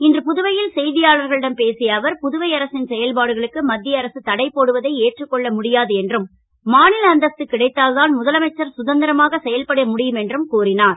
இன்று புதுவை ல் செ யாளர்களிடம் பேசிய அவர் புதுவை அரசின் செயல்பாடுகளுக்கு மத் ய அரசு தடை போடுவதை ஏற்றுக் கொள்ள முடியாது என்றும் மா ல அந்தஸ்து கிடைத்தால்தான் முதலமைச்சர் குதந் ரமாக செயல்பட முடியும் என்றும் கூறினார்